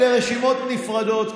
אלה רשימות נפרדות,